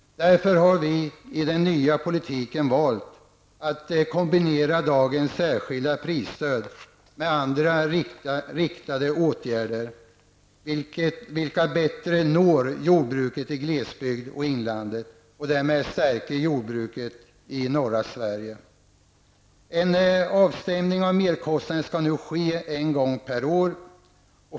Därför har vi i den nya politiken valt att kombinera dagens särskilda prisstöd med andra riktade åtgärder, vilka bättre når jordbruket i glesbygd och inland och därmed stärker jordbruket i norra En avstämning av merkostnader skall nu ske en gång per år.